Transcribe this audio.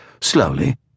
slowly